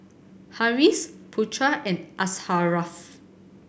Harris Putra and Asharaff